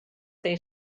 there